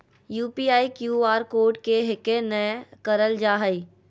UPI, Q R code के hack नयय करल जा हइ